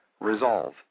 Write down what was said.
resolve